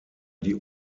die